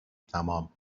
تمام